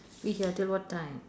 we here till what time